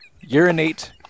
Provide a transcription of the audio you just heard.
urinate